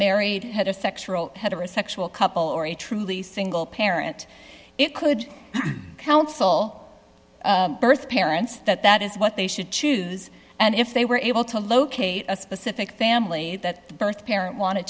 married heterosexual heterosexual couple or a truly single parent it could counsel birth parents that that is what they should choose and if they were able to locate a specific family that birth parent wanted